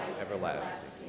everlasting